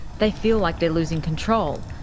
they feel like they're losing control,